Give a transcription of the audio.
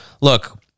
look